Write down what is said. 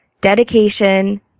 dedication